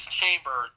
chamber